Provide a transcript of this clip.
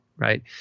Right